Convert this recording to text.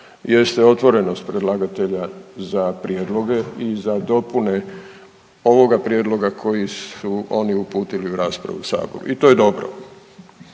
jeste otvorenost predlagatelja za prijedloge i za dopune ovoga prijedloga koji su oni uputili u raspravu u sabor i to je dobro.